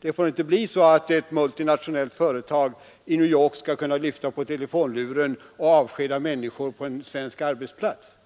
Det får inte bli så att man på ett multinationellt företag i New York skall kunna lyfta på telefonluren och avskeda människor på en svensk arbetsplats.